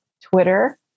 Twitter